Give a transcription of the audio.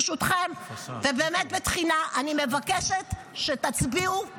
ברשותכם, ובאמת בתחינה, אני מבקשת שתצביעו בעד.